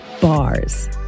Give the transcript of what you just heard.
Bars